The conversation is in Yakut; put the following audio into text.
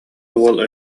уол